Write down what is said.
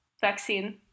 vaccine